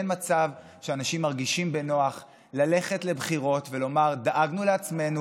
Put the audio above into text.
אין מצב שאנשים מרגישים בנוח ללכת לבחירות ולומר: דאגנו לעצמנו,